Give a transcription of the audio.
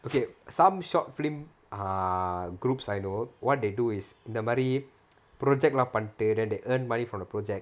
okay some short film err groups I know what they do is இந்த மாரி:intha maari project lah பண்ணிட்டு:pannittu then they earn money from the project